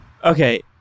Okay